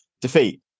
defeat